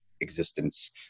existence